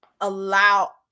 allow